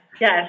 yes